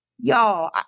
Y'all